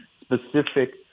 specific